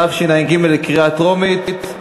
התשע"ג 2013,